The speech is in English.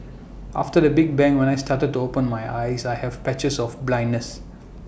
after the big bang when I started to open my eyes I have patches of blindness